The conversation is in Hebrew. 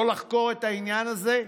לא לחקור את העניין הזה?